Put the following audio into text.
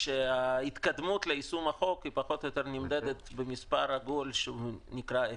שההתקדמות ליישום החוק נמדדת במספר עגול שנקרא אפס.